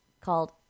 called